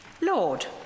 Lord